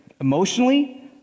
emotionally